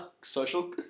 social